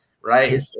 right